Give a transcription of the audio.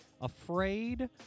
Afraid